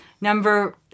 Number